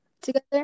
together